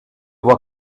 voit